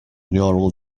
neural